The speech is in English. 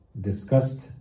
discussed